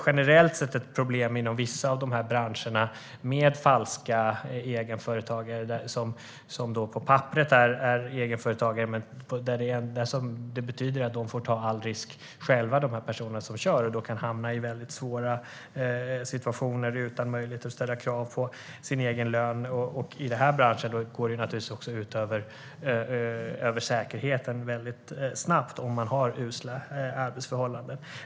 Generellt sett har vi problem inom vissa av dessa branscher med egenföretagare som på papperet är egenföretagare men att de personer som kör får ta all risk. Då kan dessa personer hamna i väldigt svåra situationer utan möjlighet att ställa krav på sin egen lön. I den här branschen går det väldigt snabbt ut över säkerheten om arbetsförhållandena är usla.